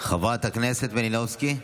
חברת הכנסת מלינובסקי.